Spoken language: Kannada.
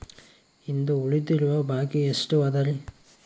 ಇಂದು ಉಳಿದಿರುವ ಬಾಕಿ ಎಷ್ಟು ಅದರಿ?